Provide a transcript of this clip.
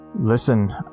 Listen